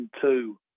two